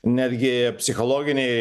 netgi psichologiniai